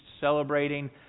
celebrating